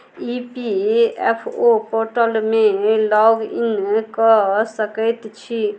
ई P F O पोर्टलमे login कऽ सकैत छी